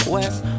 West